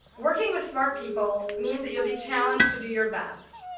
working with smart people means that you'll be challenged to do your best.